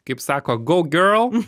kaip sako go girl